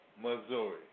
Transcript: Missouri